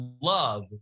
love